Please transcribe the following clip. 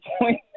point